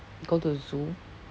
go to the zoo